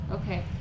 Okay